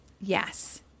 yes